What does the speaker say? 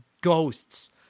ghosts